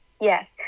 yes